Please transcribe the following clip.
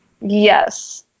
yes